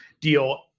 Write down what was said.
deal